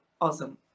awesome